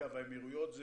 אגב האמירויות זה